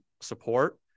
support